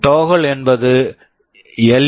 toggle toggle என்பது L